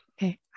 Okay